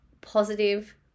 positive